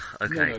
okay